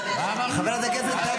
--- חברת הכנסת טלי